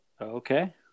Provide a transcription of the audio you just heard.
Okay